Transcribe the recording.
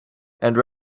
and